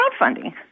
crowdfunding